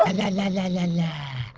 and la la la la la.